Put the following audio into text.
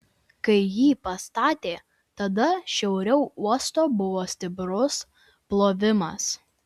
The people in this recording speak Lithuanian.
kai jį pastatė tada šiauriau uosto buvo stiprus plovimas